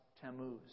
Tammuz